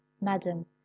madam